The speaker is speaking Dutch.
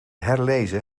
herlezen